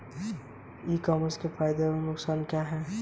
ई commerce के फायदे एवं नुकसान क्या हैं?